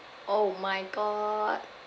oh my god